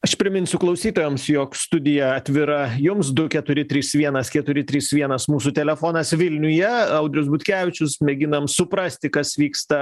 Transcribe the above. aš priminsiu klausytojams jog studija atvira jums du keturi trys vienas keturi trys vienas mūsų telefonas vilniuje audrius butkevičius mėginam suprasti kas vyksta